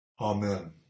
Amen